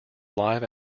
live